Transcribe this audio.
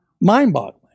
mind-boggling